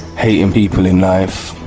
hating people in life.